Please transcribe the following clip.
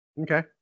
Okay